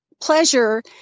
pleasure